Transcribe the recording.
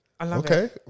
okay